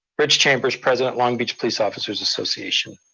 rich chambers, president long beach police officers association.